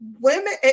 women